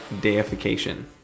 deification